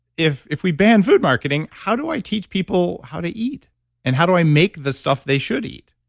if if we ban food marketing how do i teach people how to eat and how do i make the stuff they should eat?